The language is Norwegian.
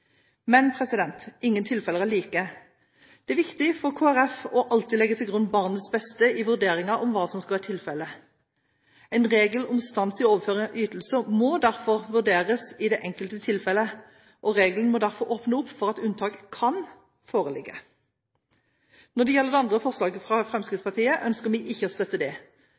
Men ingen tilfeller er like. Det er viktig for Kristelig Folkeparti alltid å legge til grunn barnets beste i vurderingen av hva som skal gjelde. En regel om stans i overføringen av ytelser må derfor vurderes i det enkelte tilfellet, og regelen må derfor åpne opp for at unntak kan forekomme. Når det gjelder det andre forslaget, fra Fremskrittspartiet, ønsker vi ikke å støtte det.